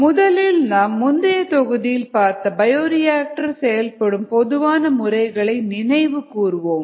முதலில் நாம் முந்தைய தொகுதியில் பார்த்த பயோரியாக்டர் செயல்படும் பொதுவான முறைகளை நினைவு கூறுவோம்